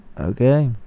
Okay